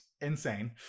insane